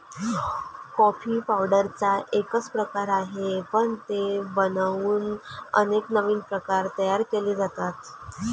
coffee पावडरचा एकच प्रकार आहे, पण ते बनवून अनेक नवीन प्रकार तयार केले जातात